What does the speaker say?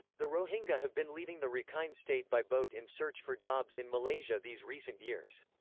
the rohingya have been leaving the rakhine state by boat in search for jobs in malaysia these recent years.